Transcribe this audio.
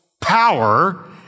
power